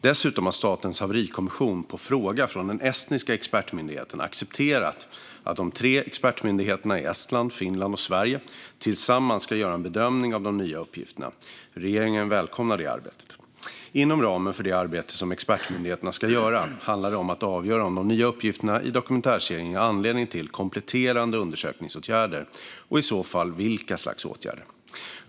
Dessutom har Statens haverikommission på fråga från den estniska expertmyndigheten accepterat att de tre expertmyndigheterna i Estland, Finland och Sverige tillsammans ska göra en bedömning av de nya uppgifterna. Regeringen välkomnar det arbetet. Inom ramen för det arbete som expertmyndigheterna ska göra handlar det om att avgöra om de nya uppgifterna i dokumentärserien ger anledning till kompletterande undersökningsåtgärder och i så fall vilka slags åtgärder.